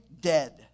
dead